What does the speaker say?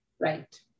Right